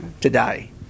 today